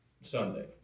Sunday